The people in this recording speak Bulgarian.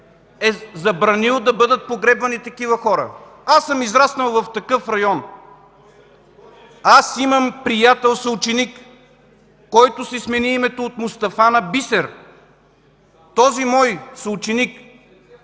е забранил да бъдат погребвани такива хора. Аз съм израснал в такъв район. Имам приятел съученик, който си смени името от Мустафа на Бисер. Този мой съученик,